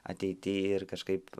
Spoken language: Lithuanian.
ateity ir kažkaip